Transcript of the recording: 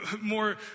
more